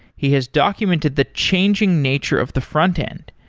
he has documented the changing nature of the frontend,